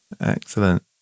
Excellent